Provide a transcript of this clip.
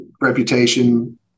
reputation